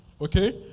okay